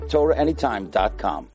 TorahAnytime.com